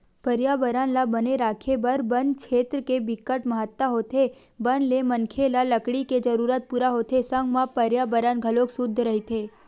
परयाबरन ल बने राखे बर बन छेत्र के बिकट महत्ता होथे बन ले मनखे ल लकड़ी के जरूरत पूरा होथे संग म परयाबरन घलोक सुद्ध रहिथे